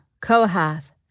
Kohath